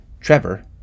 Trevor